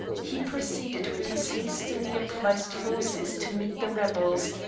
he proceeded with his hastily improvised forces to meet the rebels,